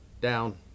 Down